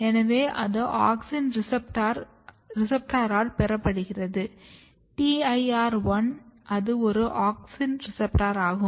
எனவே அது ஆக்ஸின் ரிசெப்ட்டாரால் பெறப்படுகிறது TIR1 அது ஒரு ஆக்ஸின் ரிசெப்ட்டார் ஆகும்